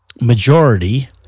majority